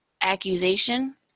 accusation